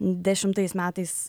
dešimtais metais